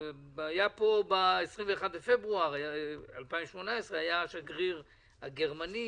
ב-21 בפברואר 2018 היה כאן השגריר הגרמני